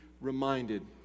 reminded